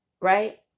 right